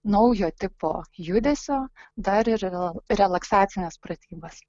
naujo tipo judesio dar yra relaksacines pratybas